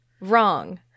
Wrong